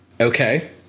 Okay